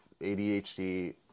ADHD